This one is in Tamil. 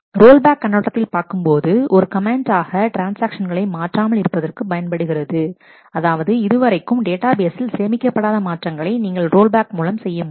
ரோல்பேக் கண்ணோட்டத்தில் பார்க்கும்போது அது ஒரு கமெண்ட் ஆக ட்ரான்ஸ்ஆக்ஷன்களை மாற்றாமல் இருப்பதற்கு பயன்படுகிறது அதாவது இதுவரைக்கும் டேட்டா பேஸில் சேமிக்கபடாத மாற்றங்களை நீங்கள் ரோல்பேக் மூலம் செய்ய முடியும்